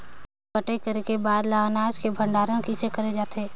कटाई करे के बाद ल अनाज के भंडारण किसे करे जाथे?